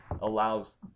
allows